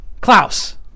Klaus